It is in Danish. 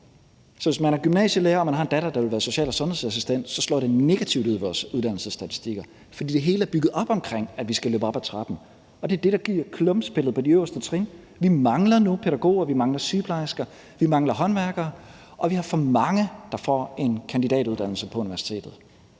Så hvis man er gymnasielærer og har en datter, der vil være social- og sundhedsassistent, slår det negativt ud i vores uddannelsesstatistikker, fordi det hele er bygget op omkring, at vi skal løbe op ad trappen, og det er det, der giver klumpspillet på de øverste trin. Vi mangler nu pædagoger, vi mangler sygeplejersker, vi mangler håndværkere, og vi har for mange, der får en kandidatuddannelse på universitetet